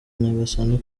nyagasani